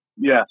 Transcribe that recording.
Yes